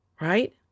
right